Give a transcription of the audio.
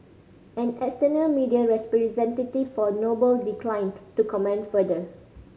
an external media representative for Noble declined to comment further